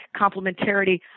complementarity